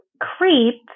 Creep